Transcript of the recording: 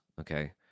Okay